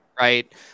Right